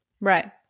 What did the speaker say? Right